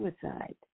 suicide